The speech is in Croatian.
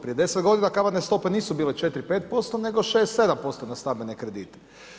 Prije 10 g. kamatne stope nisu bile 4, 5% nego 6, 7% na stambene kredite.